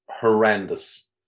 horrendous